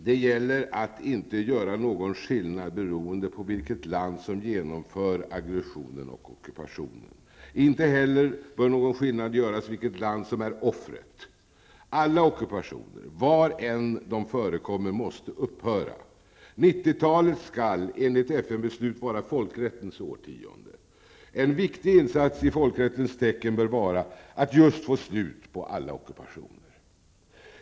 Det gäller att inte göra någon skillnad bereoende på vilket land som genomför aggressionen och ockupationen. Inte heller bör någon skillnad göras beroende på vilket land som är offret. Alla ockupationer, var de än förekommer, måste upphöra. 90-talet skall enligt FN-beslut vara folkrättens årtionde. En viktig insats i folkrättens tecken bör vara att just få slut på alla ockupationer.